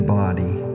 body